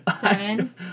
Seven